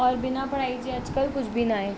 और बिना पढ़ाई जे अॼुकल्ह कुझु बि न आहे